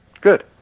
Good